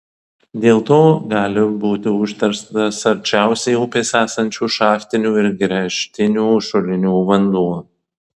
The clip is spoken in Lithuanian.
dėl to gali būti užterštas arčiausiai upės esančių šachtinių ir gręžtinių šulinių vanduo